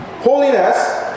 Holiness